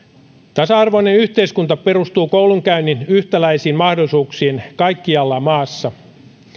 tasa arvoinen yhteiskunta perustuu koulunkäynnin yhtäläisiin mahdollisuuksiin kaikkialla maassa